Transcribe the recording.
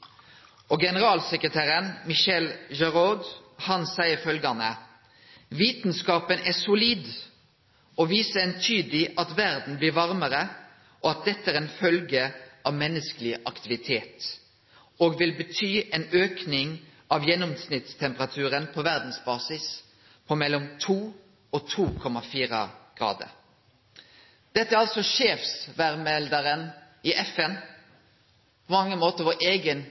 Generalsekretæren, Michel Jarraud, sier følgjande: «Vitenskapen er solid og viser entydig at verden blir varmere og at dette er en følge av menneskelig aktivitet vil bety en økning av gjennomsnittstemperaturen på verdensbasis med mellom 2 og 2,4 grader.» Dette er altså sjefsvêrmeldaren i FN, på mange måter vår